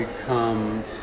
become